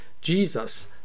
Jesus